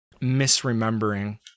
misremembering